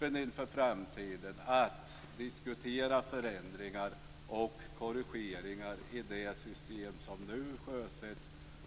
inför framtiden var öppen att diskutera förändringar och korrigeringar i det system som nu sjösätts.